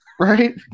Right